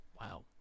Wow